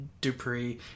Dupree